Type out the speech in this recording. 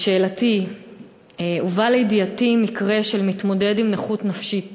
שאלתי היא: הובא לידיעתי מקרה של מתמודד עם נכות נפשית